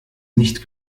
nicht